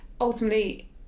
ultimately